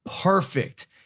perfect